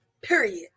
period